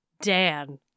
Dan